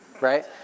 right